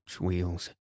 wheels